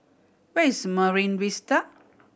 where is Marine Vista